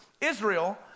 Israel